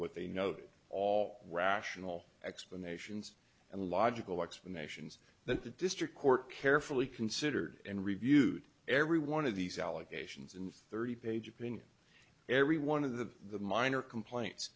what they know all rational explanations and logical explanations that the district court carefully considered and reviewed every one of these allegations and thirty page opinion every one of the minor complaints